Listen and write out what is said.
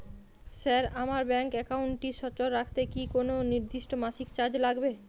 Sir আমার bank একাউন্টটি সচল রাখতে কি কোনো নির্দিষ্ট মাসিক চার্জ লাগবে?